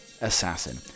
Assassin